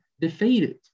defeated